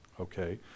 Okay